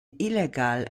illegal